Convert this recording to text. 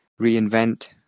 reinvent